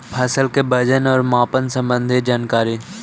फसल के वजन और मापन संबंधी जनकारी?